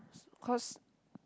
cause